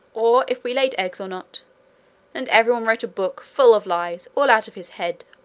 or if we laid eggs, or not and everyone wrote a book, full of lies, all out of his head.